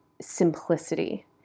simplicity